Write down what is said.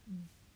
mm